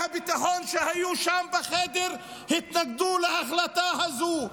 הביטחון שהיו שם בחדר התנגדו להחלטה הזו.